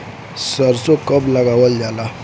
सरसो कब लगावल जाला?